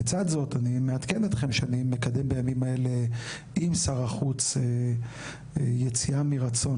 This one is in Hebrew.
לצד זאת אני מעדכן אתכם שאני מקדם בימים אלה עם שר החוץ יציאה מרצון,